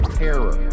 terror